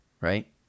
right